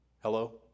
Hello